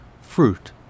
fruit